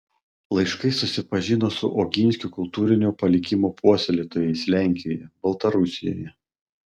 laiškais susipažino su oginskių kultūrinio palikimo puoselėtojais lenkijoje baltarusijoje